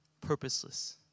purposeless